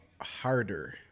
harder